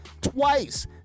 twice